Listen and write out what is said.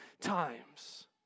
times